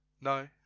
No